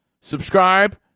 subscribe